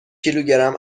کیلوگرم